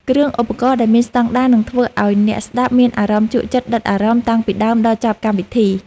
គ្រឿងឧបករណ៍ដែលមានស្តង់ដារនឹងធ្វើឱ្យអ្នកស្ដាប់មានអារម្មណ៍ជក់ចិត្តដិតអារម្មណ៍តាំងពីដើមដល់ចប់កម្មវិធី។